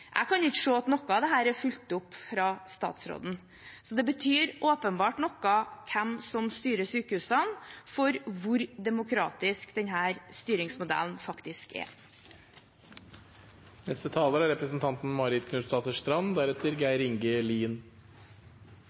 Jeg kan ikke se at noe av dette er fulgt opp fra statsråden, så hvem som styrer sykehusene, betyr åpenbart noe for hvor demokratisk denne styringsmodellen faktisk er. Med dagens forslag vil Senterpartiet løfte sykehusene inn i framtiden. Helse Sør-Øst er